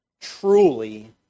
truly